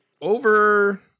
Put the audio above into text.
over